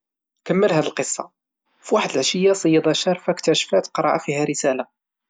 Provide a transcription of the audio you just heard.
كمل هاد القصة، فواحد العشية صيادز شارفة اكتشفات قرعة فيها رسالة.